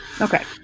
Okay